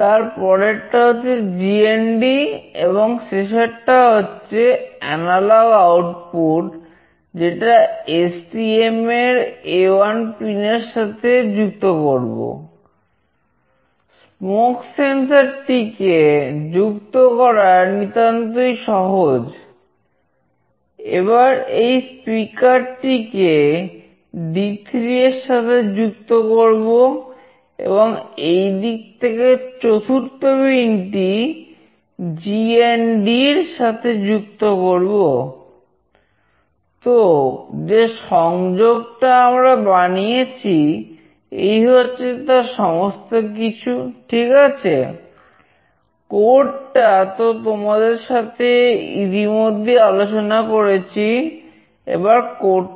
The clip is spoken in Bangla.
তার পরেরটা হচ্ছে GND এবং শেষেরটা হচ্ছে এনালগ আউটপুট